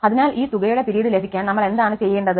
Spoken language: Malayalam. അതിനാൽ ഈ തുകയുടെ പിരീഡ് ലഭിക്കാൻ നമ്മൾ എന്താണ് ചെയ്യേണ്ടത്